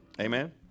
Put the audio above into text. Amen